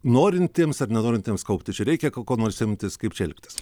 norintiems ar nenorintiems kaupti čia reikia ko nors imtis kaip čia elgtis